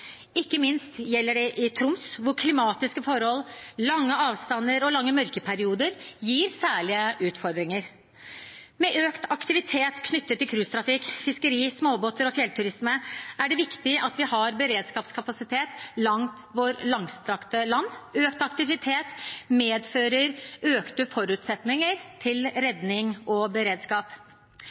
Ikke minst gjelder det i Troms, hvor klimatiske forhold, lange avstander og lange mørkeperioder gir særlige utfordringer. Med økt aktivitet knyttet til cruisetrafikk, fiskeri, småbåter og fjellturisme er det viktig at vi har beredskapskapasitet i hele vårt langstrakte land. Økt aktivitet